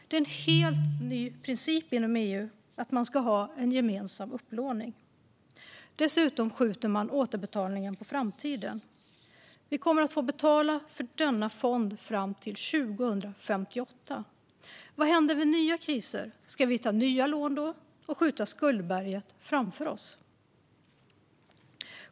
Det är en helt ny princip inom EU att man ska ha en gemensam upplåning. Dessutom skjuter man återbetalningen på framtiden. Vi kommer att få betala för denna fond fram till 2058. Vad händer vid nya kriser? Ska vi då ta nya lån och skjuta skuldberget framför oss?